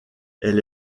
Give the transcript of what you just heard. elle